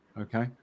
okay